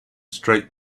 straight